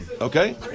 okay